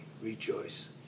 rejoice